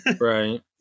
Right